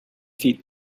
feet